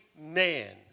man